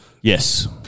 Yes